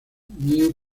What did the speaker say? new